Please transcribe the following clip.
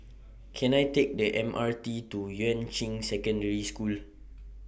Can I Take The M R T to Yuan Ching Secondary School